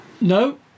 No